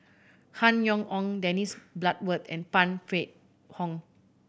Han Yong Hong Dennis Bloodworth and Phan Wait Hong